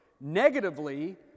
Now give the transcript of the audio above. Negatively